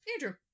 Andrew